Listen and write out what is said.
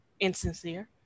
insincere